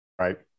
Right